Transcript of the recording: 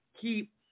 Keep